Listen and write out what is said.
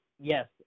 yes